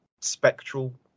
spectral